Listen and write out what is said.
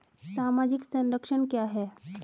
सामाजिक संरक्षण क्या है?